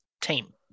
team